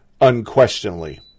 unquestionably